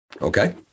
Okay